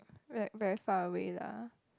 like very far away lah